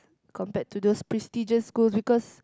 compared to those prestigious school because